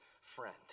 Friend